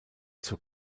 zur